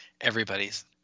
everybody's